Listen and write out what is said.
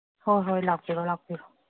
ꯍꯣꯏ ꯂꯥꯛꯄꯤꯔꯣ ꯂꯥꯛꯄꯤꯔꯣ